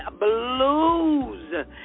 blues